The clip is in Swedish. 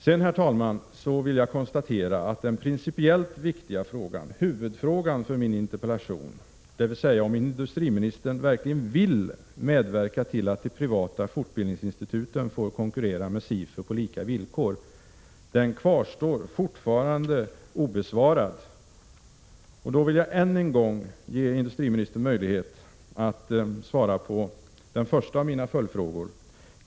Sedan, herr talman, vill jag konstatera att den principiellt viktiga frågan, huvudfrågan i min interpellation, dvs. om industriministern verkligen vill medverka till att de privata fortbildningsinstituten får konkurrera med SIFU på lika villkor, fortfarande kvarstår obesvarad. Jag vill än en gång ge industriministern möjlighet att svara på den första av mina följdfrågor.